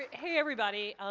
hey everybody. um,